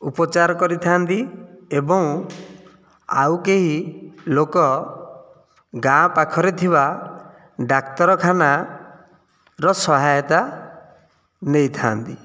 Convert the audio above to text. ଉପଚାର କରିଥାନ୍ତି ଏବଂ ଆଉ କେହି ଲୋକ ଗାଁ ପାଖରେ ଥିବା ଡାକ୍ତରଖାନାର ସହାୟତା ନେଇଥାନ୍ତି